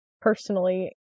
personally